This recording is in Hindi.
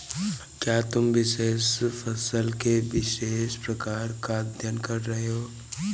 क्या तुम विशेष फसल के विशेष प्रकार का अध्ययन कर रहे हो?